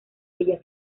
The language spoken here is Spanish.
bellas